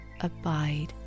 abide